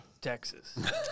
Texas